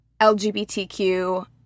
LGBTQ